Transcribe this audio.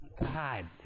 God